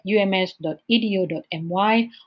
ums.edu.my